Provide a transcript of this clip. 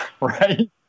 right